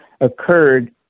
occurred